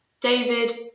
David